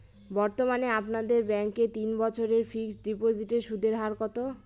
বর্তমানে আপনাদের ব্যাঙ্কে তিন বছরের ফিক্সট ডিপোজিটের সুদের হার কত?